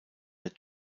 der